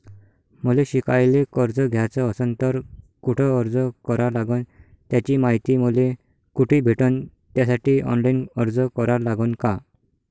मले शिकायले कर्ज घ्याच असन तर कुठ अर्ज करा लागन त्याची मायती मले कुठी भेटन त्यासाठी ऑनलाईन अर्ज करा लागन का?